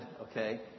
Okay